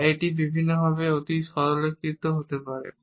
বা এটি বিপরীতভাবে অতি সরলীকৃতও হতে পারে